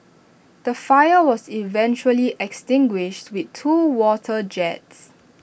the fire was eventually extinguished with two water jets